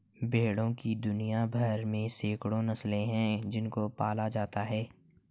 भेड़ों की दुनिया भर में सैकड़ों नस्लें हैं जिनको पाला जाता है